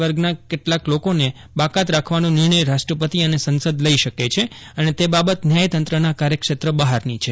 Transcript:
વર્ગના કેટલાંક લોકોને બાકાત રાખવાનો નિર્ષ્ઠય રાષ્ટ્રપતિ અને સંસદ લઇ શકે છે અને તે બાબત ન્યાયતંત્રના કાર્યશ્નેત્ર બહારની છે